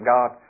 God